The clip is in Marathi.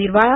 निर्वाळा